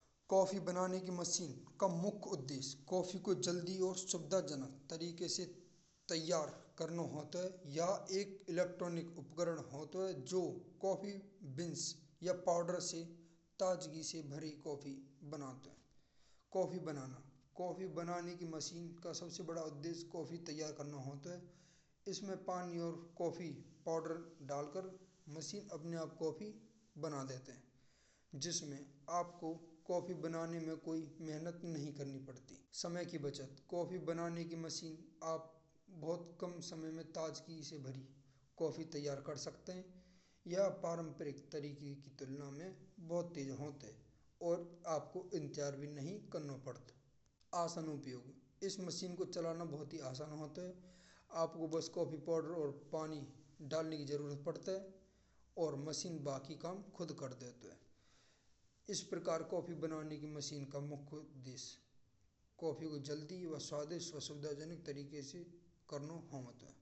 कॉफी बनाने की machine. Coffee को जल्दी और सुविधाजनक तरीके से तैयार कराना होतो है। या एक इलेक्ट्रॉनिक उपकरण हो तो। जो कॉफी डब्बे या पाउडर से ताजगी से भरी कॉफी बनाते हैं। कॉफी बनाना; कॉफी बनाने की मशीन का सबसे बड़ा उद्देश्य काफी तैयार कराना होतो है। इसमें पानी और कॉफी पाउडर डालकर मशीन अपने आप कॉफी बना देती हैं। जिसमें आपको कॉफी बनाने में कोई मेहनत नहीं करनी पड़ती। समय की बचत: कॉफी बनाने की मशीन में आप बहुत काम समय में ताजगी इसे भारी कॉफी तैयार कर सकते हैं। यह परंपरिक तरीके की तुलना में बहुत तेज होता है। और आपको इंतजार भी नहीं करना पड़तो। आसान उपयोग: इस मशीन को चलाना बहुत आसान होतो है। आपको बस कॉफी पाउडर और पानी डालने की जरूरत पड़ती है। और मशीन बाकी काम खुद कर देती है। इस प्रकार कॉफी बनाने की मशीन का मुख्य उद्देश्य कॉफी को जल्दी व स्वादिष्ट तरीके से करना होता है।